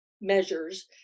measures